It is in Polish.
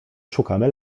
szukamy